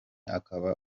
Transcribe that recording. akaba